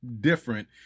different